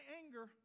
anger